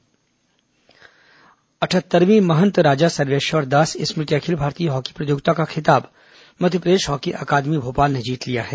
hockey स्पर्धा अटहत्तरवीं महंत राजा सर्वेश्वरदास स्मृति अखिल भारतीय हॉकी प्रतियोगिता का खिताब मध्यप्रदेश हॉकी अकादमी भोपाल ने जीत लिया है